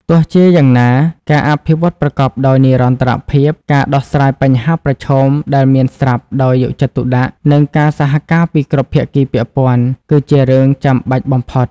ទោះជាយ៉ាងណា ការអភិវឌ្ឍប្រកបដោយនិរន្តរភាព ការដោះស្រាយបញ្ហាប្រឈមដែលមានស្រាប់ដោយយកចិត្តទុកដាក់ និងការសហការពីគ្រប់ភាគីពាក់ព័ន្ធ គឺជារឿងចាំបាច់បំផុត។